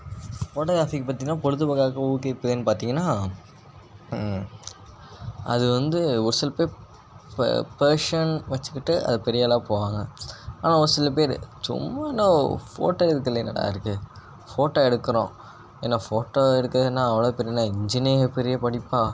photography பார்த்திங்கன்னா பொழுதுபோக்காக ஊக்குவிப்பதனு பார்த்திங்கன்னா அது வந்து ஒரு சில பேர் ப பேஷன் வச்சுக்கிட்டு அது பெரியாளாக போவாங்கள் ஆனால் ஒரு சில பேர் சும்மா என்ன ஃபோட்டோ எடுக்கிறதுல என்னடா இருக்குது ஃபோட்டோ எடுக்கிறோம் என்ன ஃபோட்டோ எடுக்கிறது என்ன அவ்வளோ பெரிய என்ன இன்ஜினியரிங் பெரிய படிப்பாக